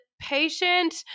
patient